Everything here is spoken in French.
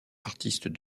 artiste